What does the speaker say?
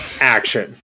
action